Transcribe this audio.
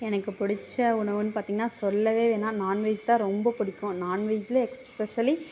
எனக்குப் பிடித்த உணவுன்னு பார்த்திங்ன்னா சொல்லவே வேணாம் நான் வெஜ் தான் ரொம்பப் பிடிக்கும் நான்வெஜ்ஜில் எஸ்பெஷலி